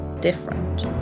different